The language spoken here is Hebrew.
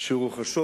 שרוחשות